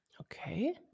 Okay